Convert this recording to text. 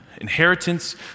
Inheritance